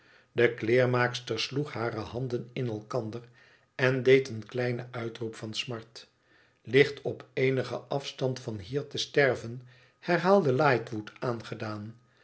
de kleermaakster sloeg hare handen in elkander en deed een kleinen uitroep van smart ligt op eenigen afstand van hier te sterven herhaalde lightwood aangedaan